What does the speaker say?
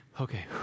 Okay